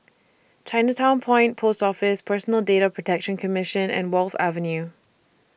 Chinatown Point Post Office Personal Data Protection Commission and Wharf Avenue